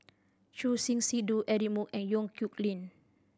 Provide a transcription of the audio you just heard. Choor Singh Sidhu Eric Moo and Yong Nyuk Lin